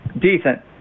decent